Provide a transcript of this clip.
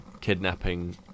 kidnapping